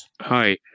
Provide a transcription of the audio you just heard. Hi